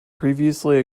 previously